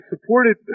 supported